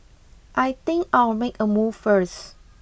I think I'll make a move first